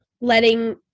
letting